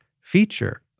feature